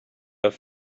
have